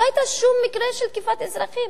לא היה שום מקרה של תקיפת אזרחים.